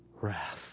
wrath